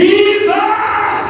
Jesus